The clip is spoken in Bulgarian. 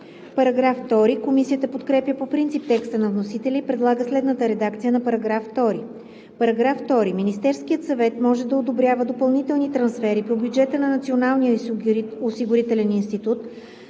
за § 1. Комисията подкрепя по принцип текста на вносителя и предлага следната редакция на § 2: „§ 2. Министерският съвет може да одобрява допълнителни трансфери по бюджета на Националния осигурителен институт